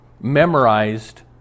memorized